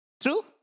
True